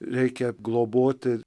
reikia globoti